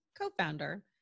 co-founder